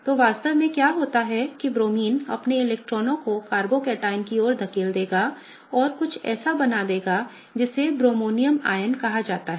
तो वास्तव में क्या होता है कि ब्रोमीन अपने इलेक्ट्रॉनों को कार्बोकैटायन की ओर धकेल देगा और कुछ ऐसा बना देगा जिसे ब्रोमोनियम आयन कहा जाता है